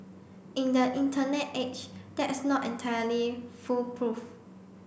in the Internet age that's not entirely foolproof